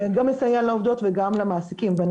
שגם מסייע לעובדות וגם למעסיקים ואני